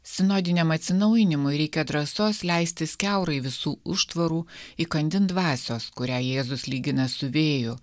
sinodiniam atsinaujinimui reikia drąsos leistis kiaurai visų užtvarų įkandin dvasios kurią jėzus lygina su vėju